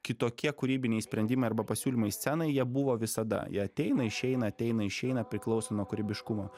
kitokie kūrybiniai sprendimai arba pasiūlymai scenai jie buvo visada jie ateina išeina ateina išeina priklauso nuo kūrybiškumo